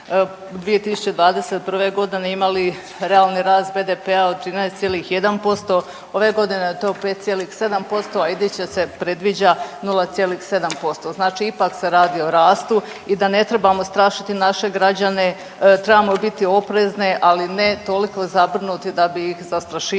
2021. godine imali realni rast BDP-a od 13,1%, ove godine je to 5,7%, a iduće se predviđa 0,7%. Znači ipak se radi o rastu i da ne trebamo strašiti naše građane, trebamo biti oprezne ali ne toliko zabrinuti da bi ih strašivali